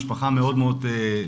משפחה מאוד מאוד,